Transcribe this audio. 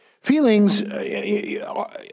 Feelings